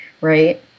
right